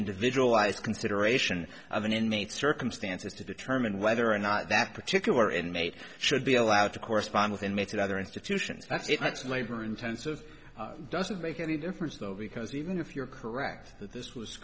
individualized consideration of an inmate circumstances to determine whether or not that particular inmate should be allowed to correspond with inmates in other institutions that's it's labor intensive doesn't make any difference though because even if you're correct that this was